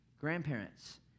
grandparents